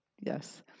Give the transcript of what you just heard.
Yes